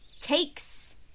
takes